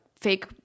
fake